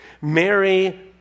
Mary